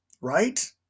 Right